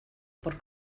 por